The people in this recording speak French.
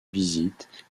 visites